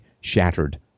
shattered